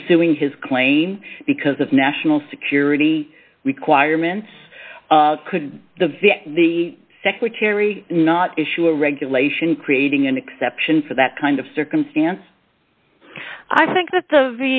pursuing his claim because of national security requirements could the the secretary not issue a regulation creating an exception for that kind of circumstance i think